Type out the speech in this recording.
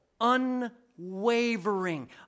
unwavering